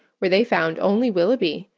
where they found only willoughby,